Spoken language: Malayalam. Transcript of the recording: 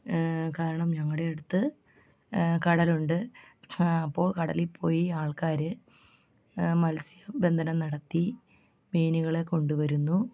കരണം ഞങ്ങളുടെ അടുത്ത് കടൽ ഉണ്ട് അപ്പോൾ കടലിൽപ്പോയി ആൾക്കാർ മത്സ്യബന്ധനം നടത്തി മീനുകളെ കൊണ്ട് വരുന്നു